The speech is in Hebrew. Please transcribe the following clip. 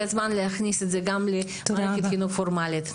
הזמן להכניס את זה גם למערכת החינוך הפורמלית.